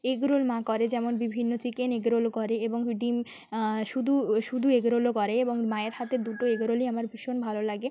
egg roll মা করে যেমন বিভিন্ন চিকেন এগরোল করে এবং ডিম শুধু শুধু এগরোলও করে এবং মায়ের হাতের দুটো এগরোলই আমার ভীষণ ভালো লাগে